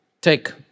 take